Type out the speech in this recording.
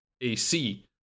AC